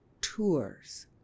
tours